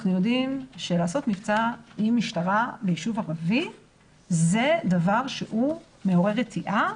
אנחנו יודעים שלעשות מבצע עם משטרה ביישוב ערבי זה דבר מעורר רתיעה